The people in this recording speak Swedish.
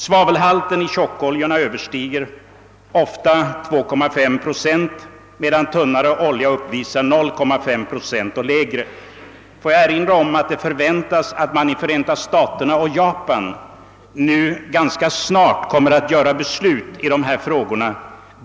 Svavelhalten i tjockoljorna överstiger ofta 2,5 procent, medan tunnare olja uppvisar 0,5 procent och lägre. Får jag erinra om att det förväntas att man i Förenta staterna och Japan nu ganska snart kommer att fatta beslut i de här frågorna.